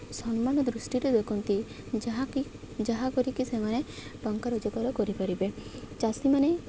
ସମ୍ମାନ ଦୃଷ୍ଟିରେ ଦେଖନ୍ତି ଯାହାକି ଯାହା କରିକି ସେମାନେ ଟଙ୍କା ରୋଜଗାର କରିପାରିବେ ଚାଷୀମାନେ